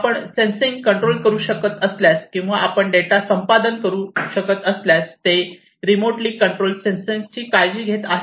आपण sensing control करू शकत असल्यास किंवा आपण डेटा संपादन करू शकत असल्यास ते रिमोटली कंट्रोल सेन्सिंगची काळजी घेत आहे